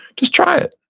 just try it.